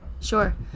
sure